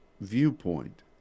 viewpoint